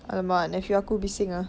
!alamak! nephew aku bising ah